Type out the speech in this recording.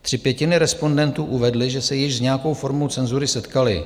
Tři pětiny respondentů uvedly, že se již s nějakou formou cenzury setkaly.